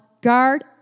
guard